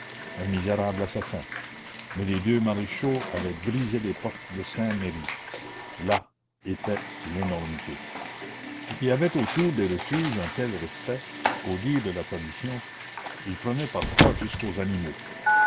un misérable assassin mais les deux maréchaux avaient brisé les portes de saint méry là était l'énormité il y avait autour des refuges un tel respect qu'au dire de la tradition il prenait parfois jusqu'aux animaux